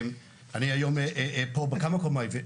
אני היום פה בכמה כובעים.